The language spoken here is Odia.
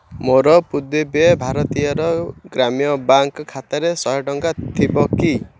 ମୋର ପୁଦୁବୈ ଭାରତିୟାର ଗ୍ରାମ ବ୍ୟାଙ୍କ ଖାତାରେ ଶହେ ଟଙ୍କା ଥିବ କି